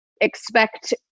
expect